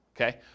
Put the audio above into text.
okay